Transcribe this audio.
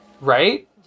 Right